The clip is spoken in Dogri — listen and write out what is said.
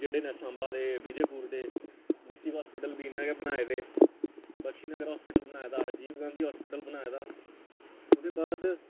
जेह्ड़े न साम्बा दे विजयपुर दे डिस्ट्रिकट हास्पिटल बी इ'नें गै बनाए दे बक्शीनगर हस्पिटल बनाए दा रजीव गांधी हस्पिटल बनाए दा ओह्दे बाद